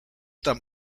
tam